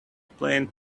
playing